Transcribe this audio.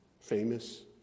famous